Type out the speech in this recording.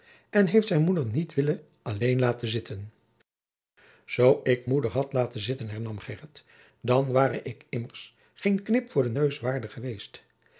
en heit zijn moeder niet willen alleen laôten zitten zoo ik moeder had laôten zitten hernam jacob van lennep de pleegzoon gheryt dan waôre ik immers geen knip voor den neus waôrdig eweest